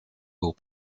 will